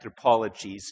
anthropologies